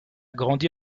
grandi